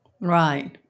Right